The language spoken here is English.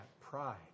pride